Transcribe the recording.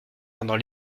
pendant